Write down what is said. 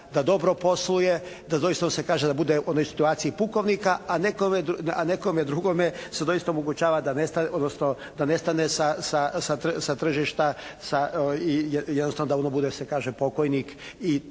da dobro posluje, da doista se kaže da bude u onoj situaciji pukovnika, a nekome drugome se doista omogućava da nestane sa tržišta i jednostavno da ono bude se kaže pokojnik i to